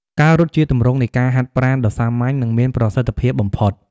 ការរត់ជាទម្រង់នៃការហាត់ប្រាណដ៏សាមញ្ញ និងមានប្រសិទ្ធភាពបំផុត។